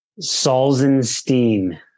Salzenstein